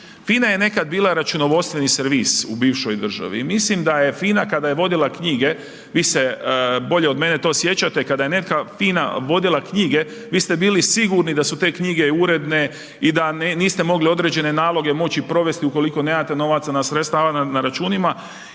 FINA je nekad bila računovodstveni servis u bivšoj državi i mislim da je FINA kada je vodila knjige, vi se bolje od mene to sjećate, kada je neka FINA vodila knjige vi ste bili sigurni da su te knjige uredne i da niste mogli određene naloge moći provesti ukoliko nemate novaca, sredstava na računima